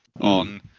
on